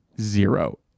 zero